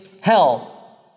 hell